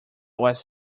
was